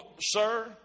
sir